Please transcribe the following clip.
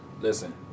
Listen